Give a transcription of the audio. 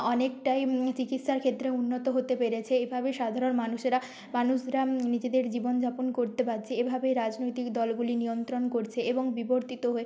অনেকটাই চিকিৎসার ক্ষেত্রে উন্নত হতে পেরেছে এভাবেই সাধারণ মানুষেরা মানুষরা নিজেদের জীবনযাপন করতে পারছে এভাবেই রাজনৈতিক দলগুলি নিয়ন্ত্রণ করছে এবং বিবর্তিত হয়ে